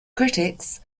critics